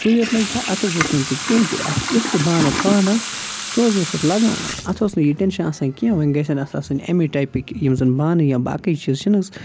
سُے اوت لَگہِ ہا اَتھ حظ اوس نہٕ تہِ کینٛہہ تہِ اَتھ یُس تہِ بانہٕ تھاوان ٲسۍ نہ حظ سُہ حظ اوس اَتھ لَگان اَتھ اوس نہٕ یہِ ٹینشین آسان کینٛہہ وۄنۍ گَژھن اَتھ آسٕنۍ اَمے ٹایِپٕکۍ یِم زَن بانہٕ یا باقٕے چھِ نہٕ حظ